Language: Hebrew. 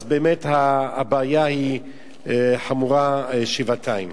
באמת הבעיה היא חמורה שבעתיים.